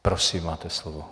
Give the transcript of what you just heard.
Prosím, máte slovo.